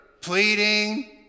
pleading